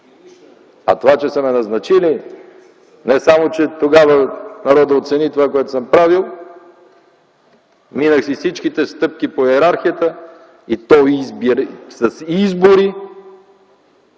Това, че са ме назначили, не само че тогава народът оцени това, което съм правил, минах и всичките стъпки по йерархията и то с избори,